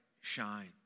shine